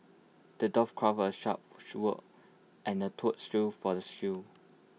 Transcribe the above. the dwarf crafted A sharp sword and A tough shield for the